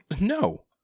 No